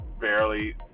barely